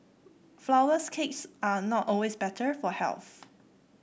flourless cakes are not always better for health